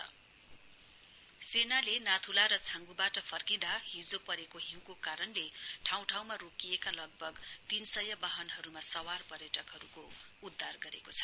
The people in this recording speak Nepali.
आर्मी रिशक्य दुरिसट सेनाले नाथुला र छाङ्गुबाट फर्किँदा हिजो परेको हिउँको कारणले ठाउँ ठाउँमा रोकिएका लगभग तीनसय वाहनहरुमा सवार पर्यटकहरुको उद्घार गरेको छ